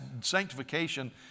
sanctification